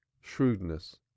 shrewdness